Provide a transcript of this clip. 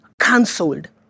cancelled